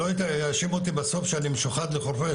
שלא יאשימו אותי שאני משוחד לחורפיש,